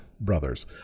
brothers